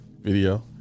video